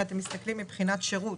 אם אתם מסתכלים מבחינת שירות,